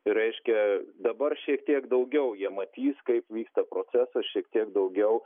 reiškia dabar šiek tiek daugiau jie matys kaip vyksta procesas šiek tiek daugiau